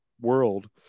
world